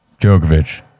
Djokovic